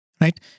right